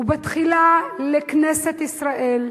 ובתחילה לכנסת ישראל,